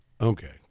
Okay